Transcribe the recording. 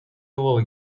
بابا